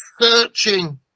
searching